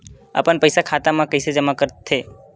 अपन पईसा खाता मा कइसे जमा कर थे?